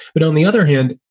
but on the other hand,